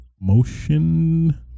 motion